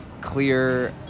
clear